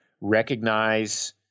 recognize